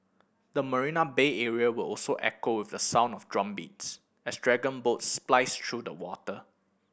the Marina Bay area will also echo with the sound of drumbeats as dragon boats splice through the water